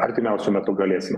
artimiausiu metu galėsim